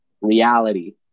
reality